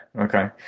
okay